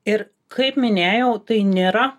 ir kaip minėjau tai nėra